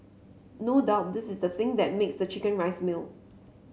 no doubt this is the thing that makes the chicken rice meal